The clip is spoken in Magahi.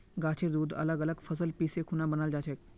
गाछेर दूध अलग अलग फसल पीसे खुना बनाल जाछेक